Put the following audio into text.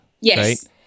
Yes